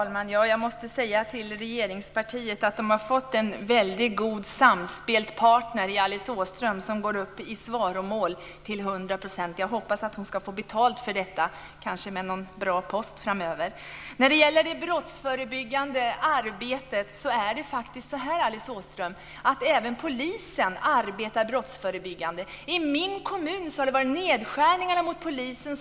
Fru talman! Jag måste säga till regeringspartiet att man har fått en väldigt samspelt partner i Alice Åström, som går i svaromål till hundra procent. Jag hoppas att hon ska få betalt för detta, kanske i form av någon bra post framöver. När det gäller det brottsförebyggande arbetet är det faktiskt så här, Alice Åström, att även polisen arbetar brottsförebyggande. I min kommun har det varit nedskärningar inom polisen.